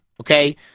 okay